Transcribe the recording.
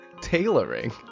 Tailoring